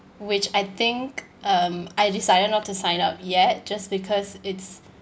which I think um I decided not to sign up yet just because it's